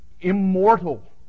immortal